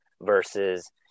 versus